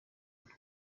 nto